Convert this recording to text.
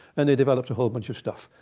and they developed a whole bunch of stuff?